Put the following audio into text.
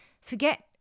forget